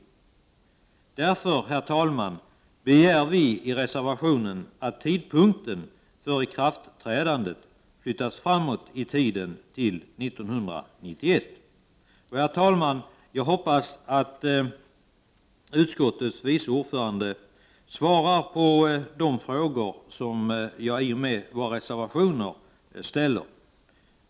Därför begär vi, herr talman, i reservationen att tidpunkten för ikraftträdan det flyttas framåt i tiden till 1991. Jag hoppas att utskottets vice ordförande svarar på de frågor som jag har ställt i våra reservationer.